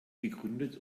gegründet